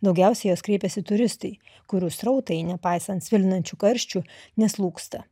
daugiausia į jas kreipiasi turistai kurių srautai nepaisant svilinančių karščių neslūgsta